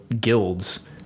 guilds